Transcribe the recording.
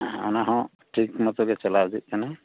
ᱚᱱᱟ ᱦᱚᱸ ᱴᱷᱤᱠ ᱢᱚᱛᱚ ᱜᱮ ᱪᱟᱞᱟᱣ ᱤᱫᱤᱜ ᱠᱟᱱᱟ